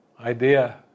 idea